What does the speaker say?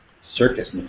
Circus